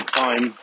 time